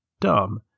dumb